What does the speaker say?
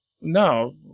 No